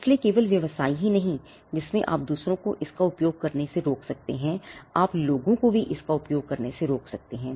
इसलिए केवल व्यवसाय ही नहीं जिसमें आप दूसरों को इसका उपयोग करने से रोक सकते हैं आप लोगों को भी इसका उपयोग करने से रोक सकते हैं